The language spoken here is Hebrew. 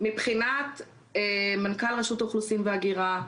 שמבחינת מנכ"ל רשות האוכלוסין וההגירה,